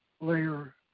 layer